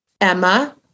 Emma